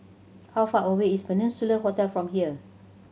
how far away is Peninsula Hotel from here